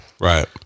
Right